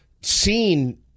seen